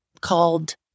called